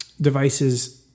devices